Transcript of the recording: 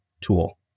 tool